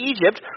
Egypt